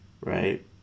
Right